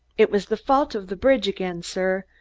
it was the fault of the bridge again, sir.